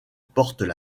portent